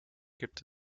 gibt